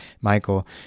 Michael